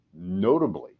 notably